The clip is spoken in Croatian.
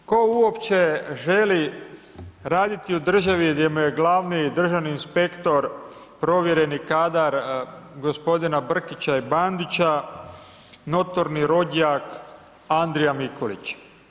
Tko uopće želi raditi u državi, gdje mu je glavni državni inspektor provjereni kadar gospodina Brkića i Bandića, notorni rodjak Andrija Mikulić?